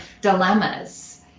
dilemmas